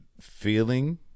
feeling